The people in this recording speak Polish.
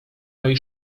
mej